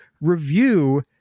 review